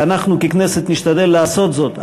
ואנחנו ככנסת נשתדל לעשות זאת,